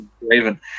Raven